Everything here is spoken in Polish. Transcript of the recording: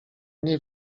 nie